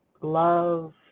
love